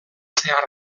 zehar